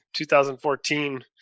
2014